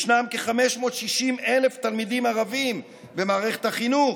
ישנם כ-560,000 תלמידים ערבים במערכת החינוך,